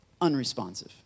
unresponsive